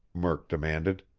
murk demanded.